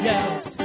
else